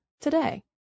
today